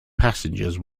passengers